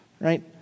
right